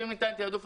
ואם יינתן תעדוף,